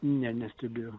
ne neskubėjau